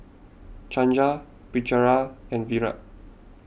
Chandra Pritiviraj and Virat